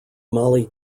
molly